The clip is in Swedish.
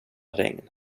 regn